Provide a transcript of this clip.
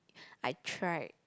I tried